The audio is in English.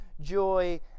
joy